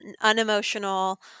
unemotional